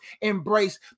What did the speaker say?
embrace